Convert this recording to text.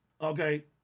Okay